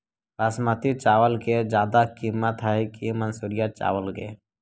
बासमती चावल के ज्यादा किमत है कि मनसुरिया चावल के?